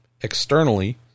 externally